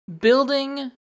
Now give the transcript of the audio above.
building